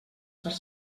part